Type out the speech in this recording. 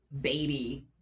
baby